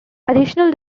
additional